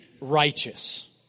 righteous